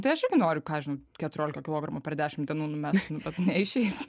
tai aš irgi noriu ką žinau keturiolika kilogramų per dešimt dienų numest nu bet neišeis